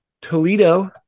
Toledo